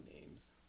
names